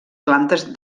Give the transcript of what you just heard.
plantes